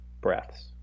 breaths